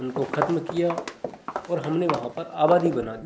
उनको ख़त्म किया और हमने वहाँ पर आबादी बना दी